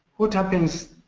what happens